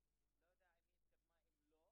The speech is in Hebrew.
אני מתקומם על המשפט הזה,